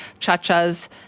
Chachas